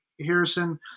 Harrison